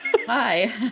hi